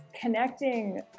connecting